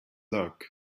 luck